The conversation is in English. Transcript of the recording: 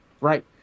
Right